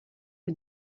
aux